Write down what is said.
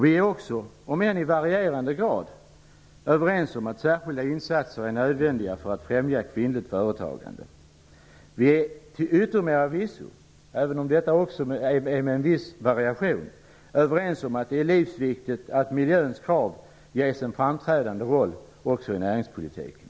Vi är också överens om att särskilda insatser är nödvändiga för att främja kvinnligt företagande, om än i varierande grad. Vi är till yttermera visso, även om det också är med en viss variation, överens om att det är livsviktigt att miljöns krav ges en framträdande roll även i näringspolitiken.